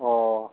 अ